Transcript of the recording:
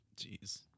Jeez